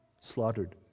slaughtered